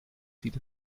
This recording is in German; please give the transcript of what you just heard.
sieht